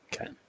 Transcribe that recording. Okay